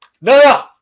No